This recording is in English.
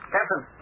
Captain